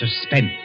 Suspense